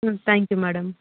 thank you madam